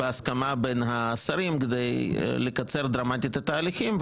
בהסכמה בין השרים כדי לקצר דרמטית את ההליכים.